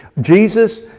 Jesus